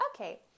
okay